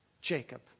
Jacob